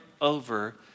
over